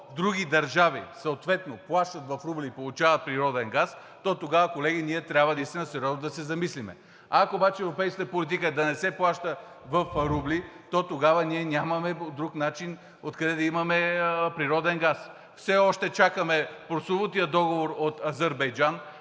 други държави съответно плащат в рубли и получават природен газ, то тогава, колеги, ние трябва наистина сериозно да се замислим. Ако обаче европейската политика е да не се плаща в рубли, то тогава нямаме друг начин откъде да имаме природен газ. Все още чакаме прословутия договор от Азербайджан,